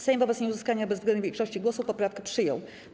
Sejm wobec nieuzyskania bezwzględnej większości głosów poprawkę przyjął.